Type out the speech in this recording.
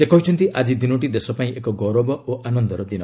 ସେ କହିଛନ୍ତି ଆଜି ଦିନଟି ଦେଶ ପାଇଁ ଏକ ଗୌରବ ଓ ଆନନ୍ଦର ଦିନ